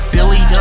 Billy